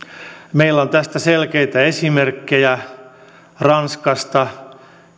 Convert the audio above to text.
meillä on tästä selkeitä esimerkkejä ranskasta